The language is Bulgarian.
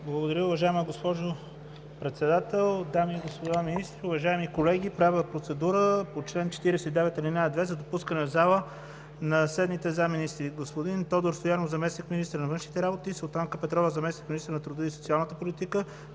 Благодаря, уважаема госпожо Председател. Дами и господа министри, уважаеми колеги, правя процедура по чл. 49, ал. 2 за допускане в залата на следните заместник-министри: господин Тодор Стоянов – заместник-министър на външните работи; Султанка Петрова – заместник-министър на труда и социалната политика;